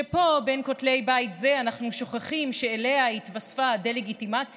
שפה בין כותלי בית זה אנחנו שוכחים שאליה התווספה דה-לגיטימציה,